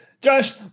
Josh